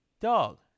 dog